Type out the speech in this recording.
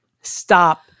stop